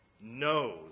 knows